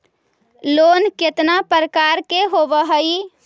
Loan केतना प्रकार के होव हइ?